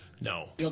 No